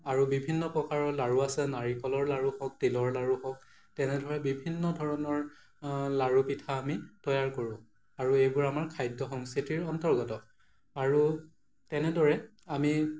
আৰু বিভিন্ন প্ৰকাৰৰ লাড়ু আছে নাৰিকলৰ লাড়ু হওক তিলৰ লাড়ু হওক তেনেদৰে বিভিন্ন ধৰণৰ লাড়ু পিঠা আমি তৈয়াৰ কৰোঁ আৰু এইবোৰ আমাৰ খাদ্য সংস্কৃতিৰ অন্তৰ্গত আৰু তেনেদৰে আমি